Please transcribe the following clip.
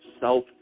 self